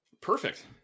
Perfect